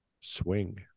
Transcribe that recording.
Swing